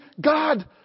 God